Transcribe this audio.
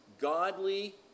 godly